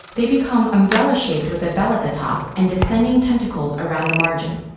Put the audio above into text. they become umbrella-shaped with a bell at the top and descending tentacles around the margin.